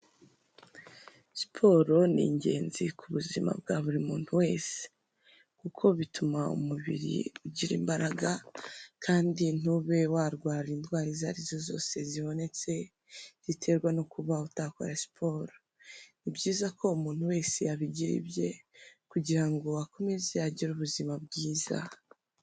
Siporo ni ingenzi ku buzima bwa buri muntu wese. Kuko bituma umubiri ugira imbaraga, kandi ntube warwara indwara izo ari zose zibonetse, ziterwa no kuba utakora siporo. Ni byiza ko umuntu wese abigira ibye, kugira ngo akomeze agire ubuzima bwiza.